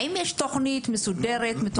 האם יש תוכנית מסודרת מתוכננת?